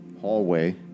hallway